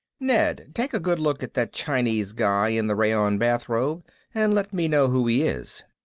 ned, take a good look at that chinese guy in the rayon bathrobe and let me know who he is.